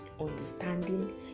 understanding